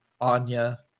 Anya